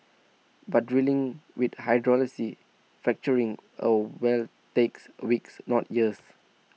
but drilling with fracturing A well takes weeks not years